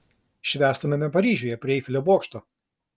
švęstumėme paryžiuje prie eifelio bokšto